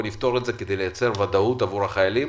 כדי גם לייצר ודאות עבור החיילים